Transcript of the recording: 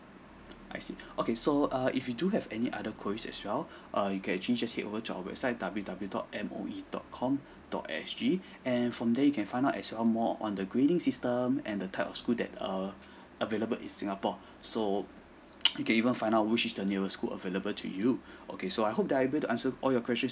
I see okay so err if you do have any other queries as well err you can actually just head over to our website W_W dot M O E dot com dot S G and from there you can find out as um more on the grading system and the type of school that err available in singapore so you can even find out which is the nearest school available to you okay so I hope that I able to answer all your questions